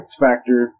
X-factor